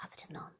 afternoon